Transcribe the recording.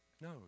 no